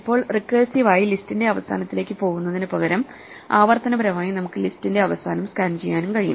ഇപ്പോൾ റിക്കേഴ്സിവ് ആയി ലിസ്റ്റിന്റെ അവസാനത്തിലേക്ക് പോകുന്നതിനുപകരം ആവർത്തനപരമായി നമുക്ക് ലിസ്റ്റിന്റെ അവസാനം സ്കാൻ ചെയ്യാനും കഴിയും